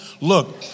Look